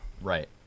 Right